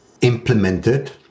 implemented